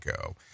go